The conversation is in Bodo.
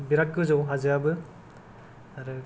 बिराद गोजौ हाजोआबो आरो